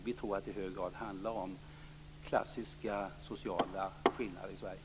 Vi tror att det i hög grad handlar om klassiska sociala skillnader i Sverige.